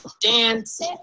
dance